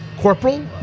corporal